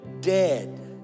dead